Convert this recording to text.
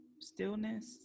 stillness